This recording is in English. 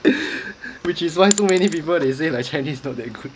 which is why so many people say like chinese not that good